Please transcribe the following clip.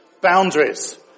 Boundaries